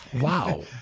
Wow